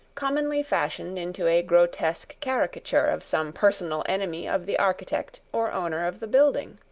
commonly fashioned into a grotesque caricature of some personal enemy of the architect or owner of the building.